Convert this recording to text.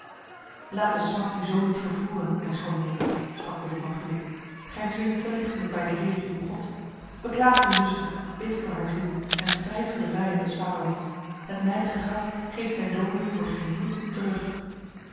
laat de smart u zo niet vervoeren mijn schone neef sprak willem van gulik gij zweert te lichtelijk bij de heer uw god beklaag uw zuster bid voor haar ziel en strijd voor de vrijheid des vaderlands het nijdige graf geeft zijn doden voor geen bloed terug